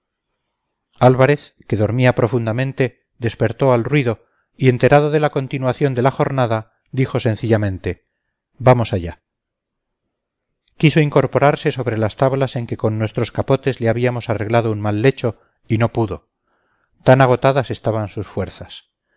álvarez que dormía profundamente despertó al ruido y enterado de la continuación de la jornada dijo sencillamente vamos allá quiso incorporarse sobre las tablas en que con nuestros capotes le habíamos arreglado un mal lecho y no pudo tan agotadas estaban sus fuerzas